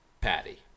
patty